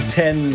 ten